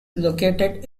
located